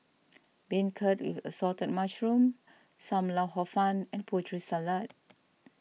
Beancurd with Assorted Mushrooms Sam Lau Hor Fun and Putri Salad